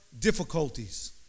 difficulties